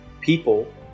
people